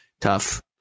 tough